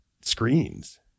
screens